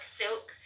silk